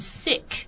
sick